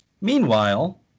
meanwhile